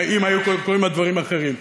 אם היו קורים הדברים האחרים.